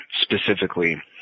specifically